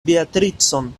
beatricon